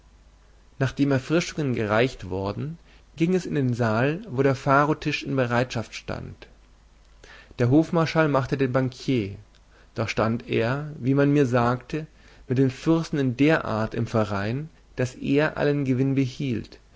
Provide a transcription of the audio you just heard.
nachdem erfrischungen gereicht worden ging es in den saal wo der pharotisch in bereitschaft stand der hofmarschall machte den bankier doch stand er wie man mir sagte mit dem fürsten in der art im verein daß er allen gewinn behielt